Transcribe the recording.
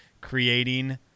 creating